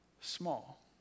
small